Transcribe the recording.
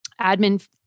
admin